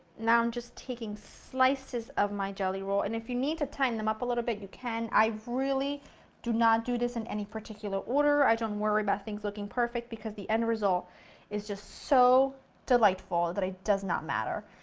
now i'm just taking slices of my jelly roll, and if you need to tighten them up a bit, bit, you can, i really do not do this in any particular order, i don't worry about things looking perfect, because the end result is just so delightful that it does not matter.